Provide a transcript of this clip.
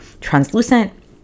translucent